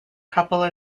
couple